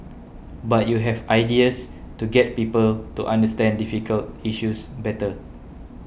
but you have ideas to get people to understand difficult issues better